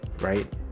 right